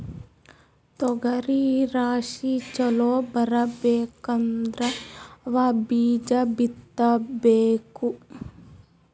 ತೊಗರಿ ರಾಶಿ ಚಲೋ ಬರಬೇಕಂದ್ರ ಯಾವ ಬೀಜ ಬಿತ್ತಬೇಕು?